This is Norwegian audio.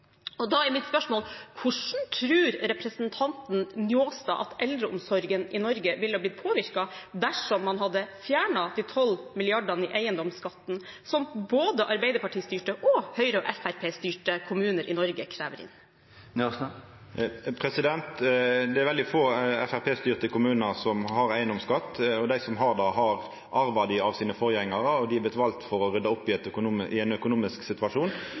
eiendomsskatt. Da er mitt spørsmål: Hvordan tror representanten Njåstad at eldreomsorgen i Norge ville ha blitt påvirket dersom man hadde fjernet de 12 milliardene i eiendomsskatt som både Arbeiderparti-styrte og Høyre- og Fremskrittsparti-styrte kommuner i Norge krever inn? Det er veldig få Framstegsparti-styrte kommunar som har eigedomsskatt. Dei som har det, har arva det frå forgjengarane sine, og dei er valde for å rydda opp i ein økonomisk situasjon.